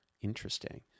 Interesting